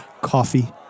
coffee